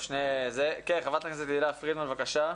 כן, חברת הכנסת תהלה פרידמן, בבקשה.